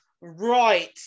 Right